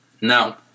Now